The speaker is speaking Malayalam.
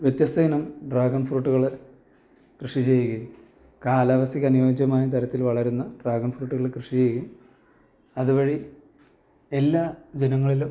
വ്യത്യസ്തയിനം ഡ്രാഗൺ ഫ്രൂട്ടുകള് കൃഷി ചെയ്യുകയും കാലാവസ്ഥയ്ക്കനുയോജ്യമായ തരത്തിൽ വളരുന്ന ഡ്രാഗൺ ഫ്രൂട്ടുകള് കൃഷി ചെയ്യുകയും അത് വഴി എല്ലാ ജനങ്ങളിലും